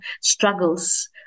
struggles